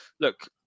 look